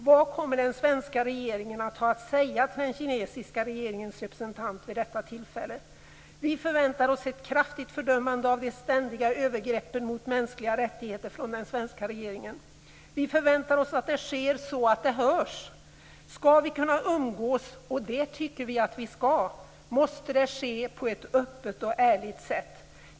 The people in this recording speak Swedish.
Vad kommer den svenska regeringen att ha att säga till den kinesiska regeringens representant vid detta tillfälle? Vi förväntar oss ett kraftigt fördömande från den svenska regeringen av de ständiga övergreppen mot mänskliga rättigheter. Vi förväntar oss att det sker så att det hörs. Skall vi kunna umgås, och det tycker vi att vi skall, måste det ske på ett öppet och ärligt sätt.